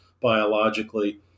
biologically